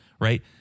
Right